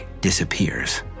disappears